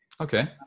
Okay